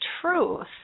truth